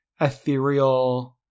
ethereal